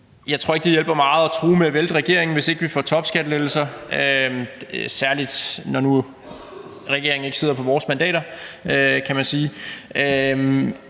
Jeg tror ikke, det hjælper meget at true med at vælte regeringen, hvis ikke vi får topskattelettelser – særlig ikke nu, hvor regeringen ikke sidder på vores mandater, kan man sige.